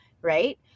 right